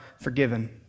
forgiven